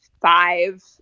five